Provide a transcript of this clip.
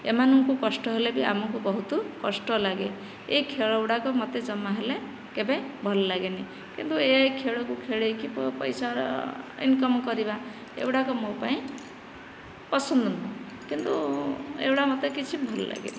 ଏମାନଙ୍କୁ କଷ୍ଟ ହେଲେ ବି ଆମକୁ ବହୁତ କଷ୍ଟ ଲାଗେ ଏଇ ଖେଳ ଗୁଡ଼ାକ ମୋତେ ଜମା ହେଲେ କେବେ ଭଲ ଲାଗେନି କିନ୍ତୁ ଏହା ଏହି ଖେଳକୁ ଖେଳେଇକି ପଇସା ଇନକମ୍ କରିବା ଏ ଗୁଡ଼ାକ ମୋ ପାଇଁ ଅସୁନ୍ଦର କିନ୍ତୁ ଏଗୁଡ଼ା ମୋତେ କିଛି ଭଲ ଲାଗେନି